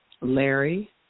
Larry